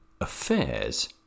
affairs